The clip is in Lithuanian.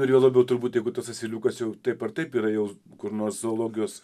ir juo labiau turbūt jeigu tas asiliukas jau taip ar taip yra jau kur nors zoologijos